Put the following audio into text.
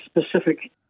specific